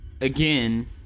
again